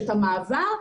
את המעבר,